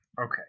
okay